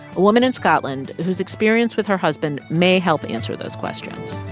a woman in scotland whose experience with her husband may help answer those questions